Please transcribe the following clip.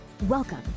Welcome